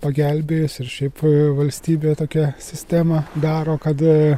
pagelbėjus ir šiaip valstybė tokia sistemą daro kad a